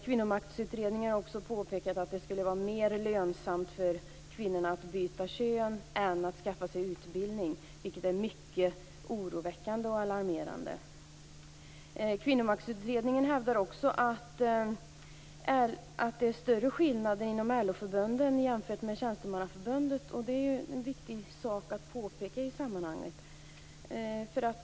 Kvinnomaktutredningen har också påpekat att det skulle vara mer lönsamt för kvinnorna att byta kön än att skaffa sig utbildning, vilket är mycket alarmerande. Kvinnomaktutredningen hävdar också att det är större skillnader inom LO-förbunden än inom tjänstemannaförbunden. Det är viktigt att påpeka i sammanhanget.